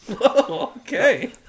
Okay